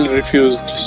refused